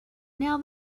now